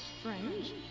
strange